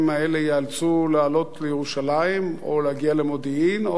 התושבים האלה ייאלצו לעלות לירושלים או להגיע למודיעין,